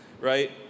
right